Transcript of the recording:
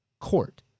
court